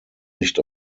nicht